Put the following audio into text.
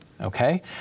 okay